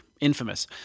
infamous